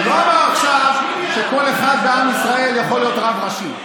הוא לא אמר עכשיו שכל אחד בעם ישראל יכול להיות רב ראשי,